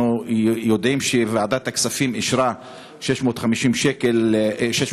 אנחנו יודעים שוועדת הכספים אישרה 650 מיליון